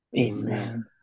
amen